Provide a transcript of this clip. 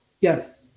yes